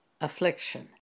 affliction